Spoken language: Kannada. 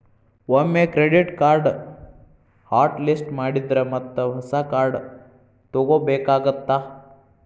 ಒಮ್ಮೆ ಕ್ರೆಡಿಟ್ ಕಾರ್ಡ್ನ ಹಾಟ್ ಲಿಸ್ಟ್ ಮಾಡಿದ್ರ ಮತ್ತ ಹೊಸ ಕಾರ್ಡ್ ತೊಗೋಬೇಕಾಗತ್ತಾ